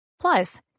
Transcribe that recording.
Plus